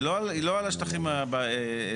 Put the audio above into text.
היא לא על שטחים כאלה,